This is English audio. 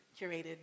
curated